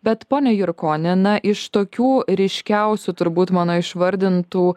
bet pone jurkoni na iš tokių ryškiausių turbūt mano išvardintų